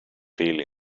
fill